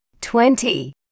twenty